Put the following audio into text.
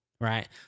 right